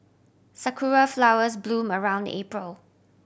sakura flowers bloom around April